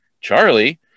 Charlie